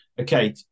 Okay